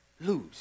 lose